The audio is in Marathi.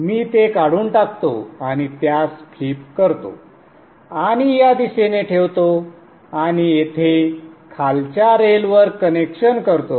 मी ते काढून टाकतो आणि त्यास फ्लिप करतो आणि या दिशेने ठेवतो आणि येथे खालच्या रेल वर कनेक्शन करतो